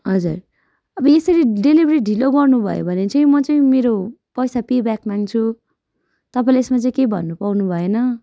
हजुर अब यसरी डेलिभेरी ढिलो गर्नुभयो भने चाहिँ म चाहिँ मेरो पैसा पेब्याक माग्छु तपाईँले यसमा चाहिँ के भन्नु पाउनु भएन